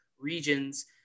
regions